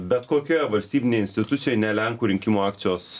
bet kokioje valstybinėj institucijoj ne lenkų rinkimų akcijos